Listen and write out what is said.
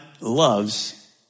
loves